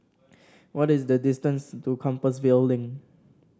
what is the distance to Compassvale Link